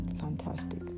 fantastic